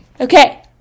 Okay